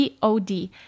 POD